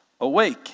awake